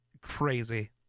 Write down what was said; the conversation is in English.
crazy